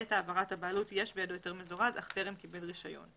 ובעת העברת הבעלות יש בידו היתר מזורז אך טרם קיבל רישיון.